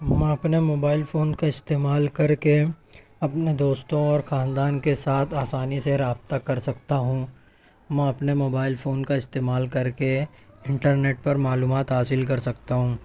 میں اپنے mobile phone کا استعمال کر کے اپنے دوستوں اور خاندان کے ساتھ آسانی سے رابطہ کر سکتا ہوں میں اپنے موبائل فون کا استعمال کر کے انٹرنیٹ پر معلومات حاصل کر سکتا ہوں